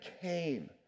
came